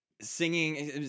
singing